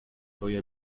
свое